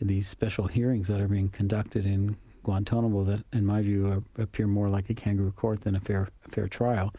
these special hearings that have been conducted in guantanamo that in my view appear more like a kangaroo court than a fair fair trial.